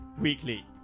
weekly